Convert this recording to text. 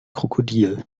krokodil